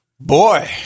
Boy